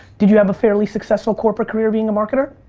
did you have a fairly successful corporate career being a marketer?